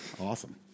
awesome